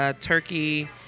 turkey